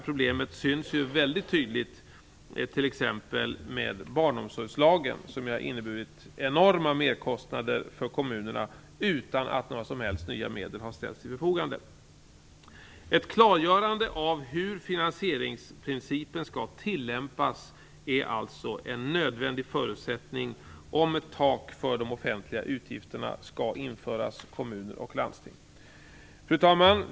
Problemet synliggörs mycket tydligt t.ex. av barnomsorgslagen, som ju har inneburit enorma merkostnader för kommunerna utan att några som helst nya medel har ställts till förfogande. Ett klargörande av hur finansieringsprincipen skall tillämpas är alltså en nödvändig förutsättning om ett tak för de offentliga utgifterna skall införas för kommuner och landsting. Fru talman!